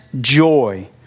joy